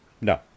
no